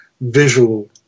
visual